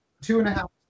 two-and-a-half